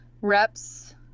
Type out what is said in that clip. reps